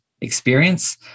experience